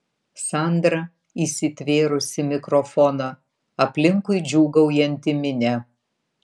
sandra įsitvėrusi mikrofoną aplinkui džiūgaujanti minia